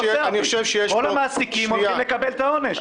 כל המעסיקים הולכים לקבל את העונש.